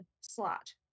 slot